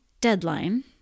deadline